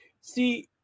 See